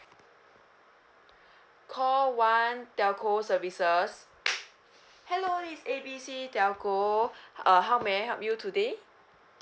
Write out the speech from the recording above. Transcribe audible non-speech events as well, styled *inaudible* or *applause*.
call one telco services *noise* hello this A B C telco uh how may I help you today